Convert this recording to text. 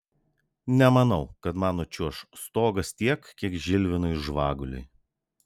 nemanau kad man nučiuoš stogas tiek kiek žilvinui žvaguliui